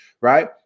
right